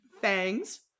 Fangs